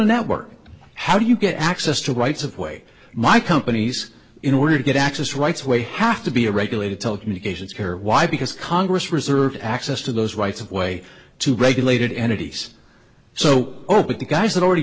network how do you get access to rights of way my companies in order to get access rights we have to be a regulated telecommunications care why because congress reserved access to those rights of way to regulated entities so the guys that already